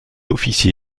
officie